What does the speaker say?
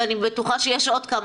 ואני בטוחה שיש עוד כמה,